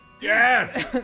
Yes